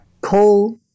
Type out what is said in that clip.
Coal